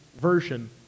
version